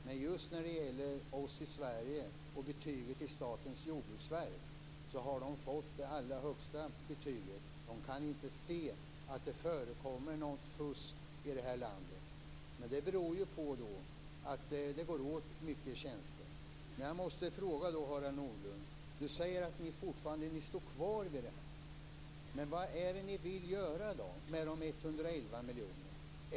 Men Statens jordbruksverk i Sverige har fått det högsta betyget. Det går inte att se att det förekommer något fusk i det här landet. Det beror på att det går åt många tjänster. Harald Nordlund säger att Folkpartiet står kvar vid detta. Men vad är det ni vill göra med de 111 miljonerna?